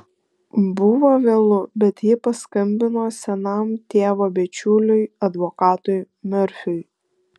buvo vėlu bet ji paskambino senam tėvo bičiuliui advokatui merfiui